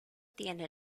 tiene